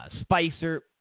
Spicer